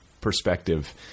perspective